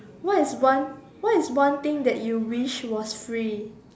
what is one what is one thing that you wish was free